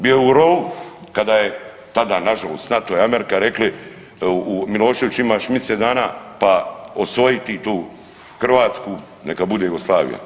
Bio je u rovu kada je tada na žalost NATO i Amerika rekli Milošević imaš misec dana pa osvoji ti tu Hrvatsku neka bude Jugoslavija.